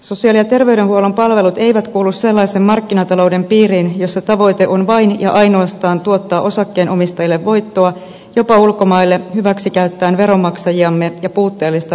sosiaali ja terveydenhuollon palvelut eivät kuulu sellaisen markkinatalouden piiriin jossa tavoite on vain ja ainoastaan tuottaa osakkeenomistajille voittoa jopa ulkomaille hyväksikäyttäen veronmaksajiamme ja puutteellista lainsäädäntöämme